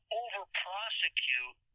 over-prosecute